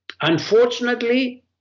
unfortunately